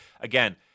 Again